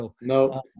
No